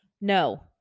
No